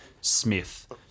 Smith